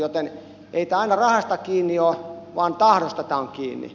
ei tämä aina rahasta kiinni ole vaan tahdosta tämä on kiinni